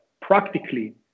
practically